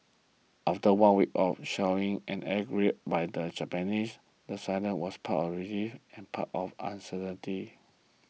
after one week of shelling and air raids by the Japanese the silence was part relief and part of uncertainty